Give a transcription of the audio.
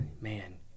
man